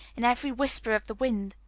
in every whisper of the wind.